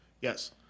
Yes